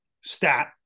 stat